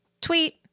Tweet